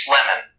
Lemon